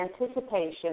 anticipation